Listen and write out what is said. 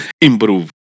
improve